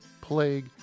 plague